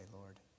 Lord